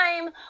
time